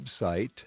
website